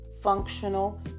functional